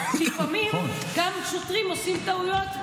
לפעמים גם שוטרים עושים טעויות.